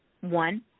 one